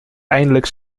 eindelijk